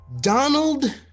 donald